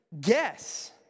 guess